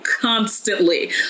constantly